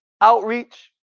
outreach